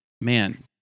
man